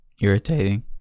Irritating